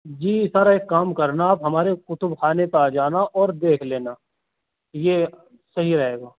جی sir ایک کام کرنا آپ ہمارے کتب خانے پہ آ جانا اور دیکھ لینا یہ صحیح رہے گا